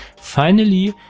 finally,